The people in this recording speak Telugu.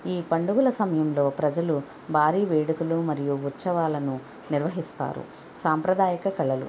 ఈ పండుగల సమయంలో ప్రజలు భారీ వేడుకలు మరియు ఉత్సవాలను నిర్వహిస్తారు సాంప్రదాయక కళలు